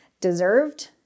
deserved